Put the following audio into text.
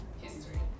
history